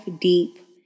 deep